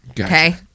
Okay